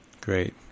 Great